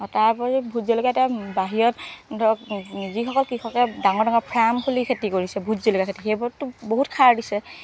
আৰু তাৰ উপৰি ভোট জলকীয়া এতিয়া বাহিৰত ধৰক যিসকল কৃষকে ডাঙৰ ডাঙৰ ফাৰ্ম খুলি খেতি কৰিছে ভোট জলকীয়াৰ খেতি সেইবোৰতটো বহুত সাৰ দিছে